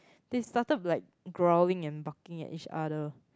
they started like growling and barking at each other